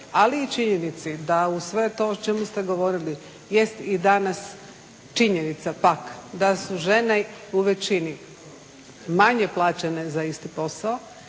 ali li činjenici da uz sve to o čemu ste govorili jest i danas činjenica pak da su žene u većini manje plaćene za isti posao,